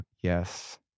yes